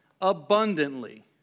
abundantly